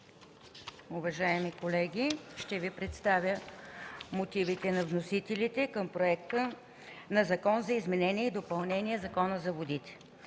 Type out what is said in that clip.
уважаеми колеги, ще Ви представя мотивите на вносителите към Законопроекта за изменение и допълнение на Закона за водите.